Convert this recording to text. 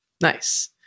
Nice